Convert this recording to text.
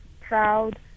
proud